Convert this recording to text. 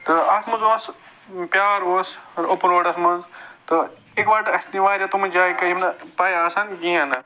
تہٕ اَتھ منٛز اوس پیار اوس اوپُن روڈَس منٛز تہٕ اِکہٕ وٹہٕ ٲسۍ نِوان رٮ۪تن منٛز تِم جایہِ یِم نہٕ پَے آسان کِہیٖنٛۍ نہٕ